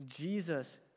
Jesus